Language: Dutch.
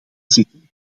zitten